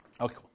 Okay